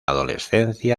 adolescencia